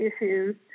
issues